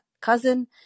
cousin